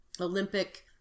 Olympic